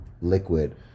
liquid